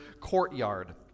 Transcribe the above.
courtyard